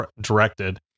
directed